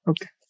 Okay